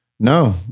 No